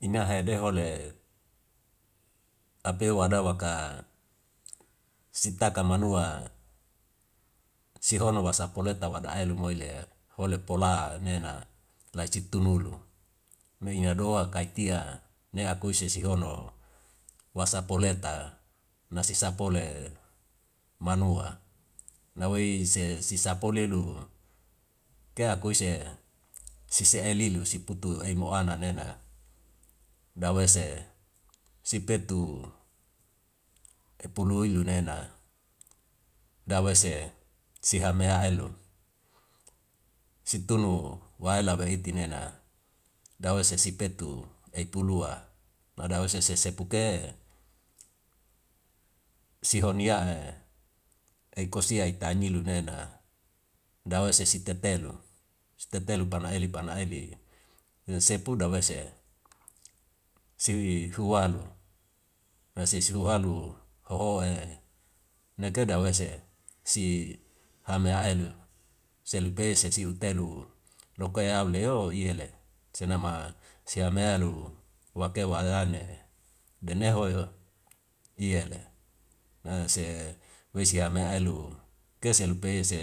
Ina hede hole apeu wada waka sitaka manua si hono wasapu leta wada ai lu moile hole pola nena lai siktunulu. Me ina do kai tia ne akuise sesi hono wasapu leta nasisa pole manua na wei se sisa pole lu ke akuise sisi elu siputu ei mo ana nena dawese si petu epu nui lu nena dawese siha meha elu situnu waela wei iti nena dawese sesi petu ei pulua lada ose sese puke siho nia ei kosia ita nilu nena da ose sitetelu, sitetelu pana eli pana eli sepu dawese si hualu, esi si hualu hohoe neke dawese si hame elu selu pei sesi utelu lokea au le iyele senama si ame elu wakewa an ane dene hoi ho iyele na se wesi ame aelu kese lupa ese